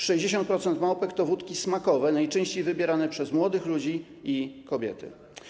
60% małpek to wódki smakowe, najczęściej wybierane przez młodych ludzi i kobiety.